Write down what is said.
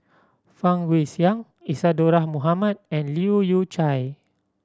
Fang Guixiang Isadhora Mohamed and Leu Yew Chye